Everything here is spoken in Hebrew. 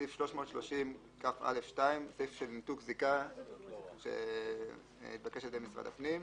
סעיף 330כא (2) הוא סעיף של ניתוק זיקה שהתבקש על ידי משרד הפנים.